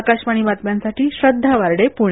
आकाशवाणी बातम्यांसाठी श्रद्दा वार्डे पुणे